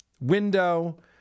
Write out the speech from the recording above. window